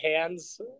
hands